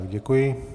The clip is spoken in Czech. Děkuji.